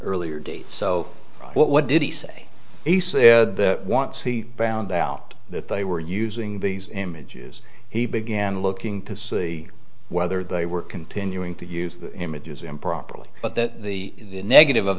earlier date so what did he say he said that once he found out that they were using these images he began looking to see whether they were continuing to use the images improperly but that the negative of